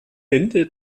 ende